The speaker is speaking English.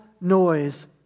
noise